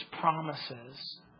promises